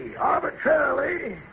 Arbitrarily